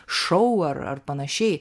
šou ar ar panašiai